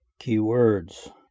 Keywords